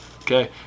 Okay